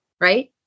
right